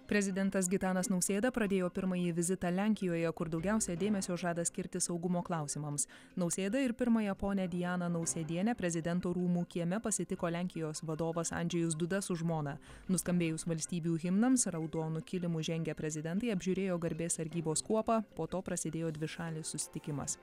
prezidentas gitanas nausėda pradėjo pirmąjį vizitą lenkijoje kur daugiausia dėmesio žada skirti saugumo klausimams nausėdą ir pirmąją ponią dianą nausėdienę prezidento rūmų kieme pasitiko lenkijos vadovas andžejus duda su žmona nuskambėjus valstybių himnams raudonu kilimu žengę prezidentai apžiūrėjo garbės sargybos kuopą po to prasidėjo dvišalis susitikimas